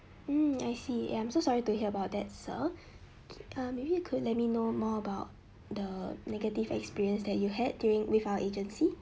mm I see I'm so sorry to hear about that sir K uh maybe you could let me know more about the negative experience that you had during with our agency